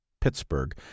Pittsburgh